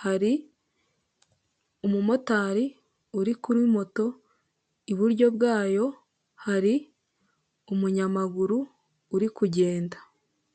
hari umumotari uri kuri moto, iburyo bwayo hari umunyamaguru uri kugenda.